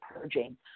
purging